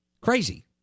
crazy